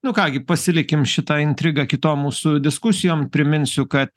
nu ką gi pasilikime šitą intrigą kitom mūsų diskusijom priminsiu kad